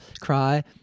cry